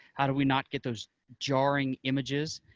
how do we not get those jarring images,